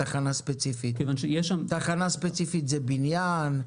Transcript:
כיוון שיש שם --- תחנה ספציפית זה בניין,